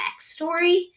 backstory